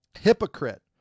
Hypocrite